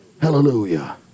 Hallelujah